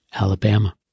Alabama